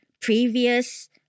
previous